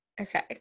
Okay